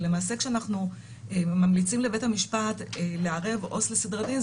למעשה כשאנחנו ממליצים לבית המשפט לערב עובד סוציאלי לסדרי דין,